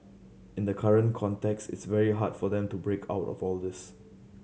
in the current context it's very hard for them to break out of all this